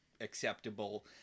acceptable